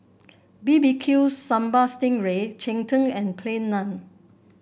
B B Q Sambal Sting Ray Cheng Tng and Plain Naan